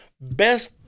best